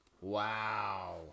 Wow